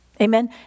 Amen